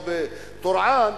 או בטורעאן,